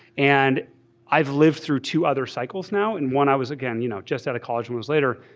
and i've lived through two other cycles now. and one i was, again, you know just out of college months later,